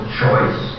choice